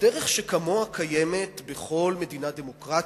דרך שכמוה קיימת בכל מדינה דמוקרטית,